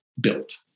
built